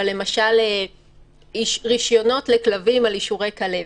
אבל למשל רישיונות לכלבים על אישורי כלבת.